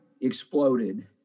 exploded